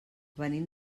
venim